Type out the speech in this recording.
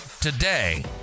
today